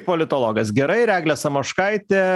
politologas gerai ir eglė samoškaitė